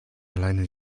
alleine